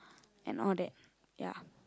and all that ya